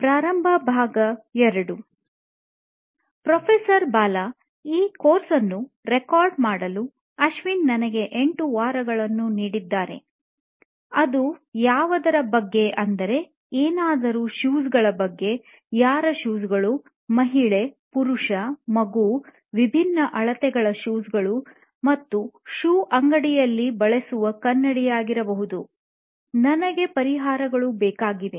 professor Bala ಈ course ಅನ್ನು record ಮಾಡಲು ಅಶ್ವಿನ್ ನನಗೆ 8 ವಾರಗಳನ್ನು ನೀಡಿದ್ದಾರೆ ಅದು ಯಾವುದರ ಬಗ್ಗೆ ಅಂದರೆ ಏನಾದರೂ ಶೂಗಳ ಬಗ್ಗೆ ಯಾರ ಶೂಗಳು ಮಹಿಳೆ ಪುರುಷ ಮಗು ವಿಭಿನ್ನ ಅಳತೆಗಳ ಶೂಗಳು ಮತ್ತು ಶೂ ಅಂಗಡಿಯಲ್ಲಿ ಬಳಸುವ ಕನ್ನಡಿ ಯಾಗಿರಬಹುದು ನನಗೆ ಪರಿಹಾರಗಳು ಬೇಕಾಗಿವೆ